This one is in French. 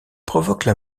provoquent